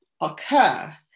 occur